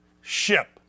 ship